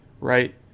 right